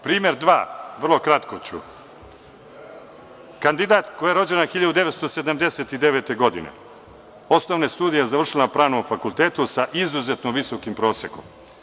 Primer dva, kratko ću, kandidatkinja koja je rođena 1979. godine, osnovne studije završila na Pravnom fakultetu, sa izuzetno visokim prosekom.